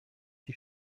die